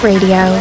Radio